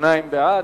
שניים בעד.